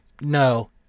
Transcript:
no